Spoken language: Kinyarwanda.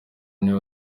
niyo